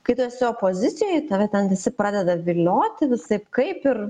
kai tu esi opozicijoj tave ten visi pradeda vilioti visaip kaip ir